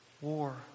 war